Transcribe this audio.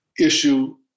issue